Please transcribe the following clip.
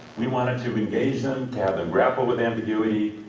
we wanted to engage them, to have them grapple with ambiguity,